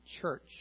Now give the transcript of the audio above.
church